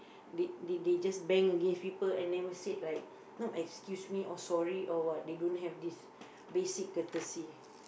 they they they just bang against people and never said like oh excuse me or sorry or what they don't have this basic courtesy